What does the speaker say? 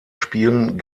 spielen